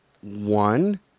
one